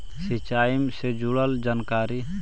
सिंचाई से जुड़ल जानकारी?